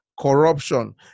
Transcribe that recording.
corruption